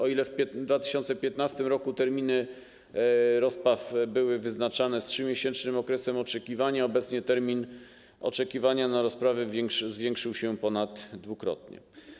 O ile w 2015 r. terminy rozpraw były wyznaczane z 3-miesięcznym okresem oczekiwania, o tyle obecnie termin oczekiwania na rozprawy zwiększył się ponaddwukrotnie.